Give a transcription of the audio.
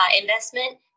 investment